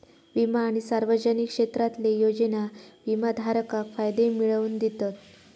विमा आणि सार्वजनिक क्षेत्रातले योजना विमाधारकाक फायदे मिळवन दितत